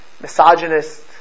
misogynist